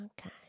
okay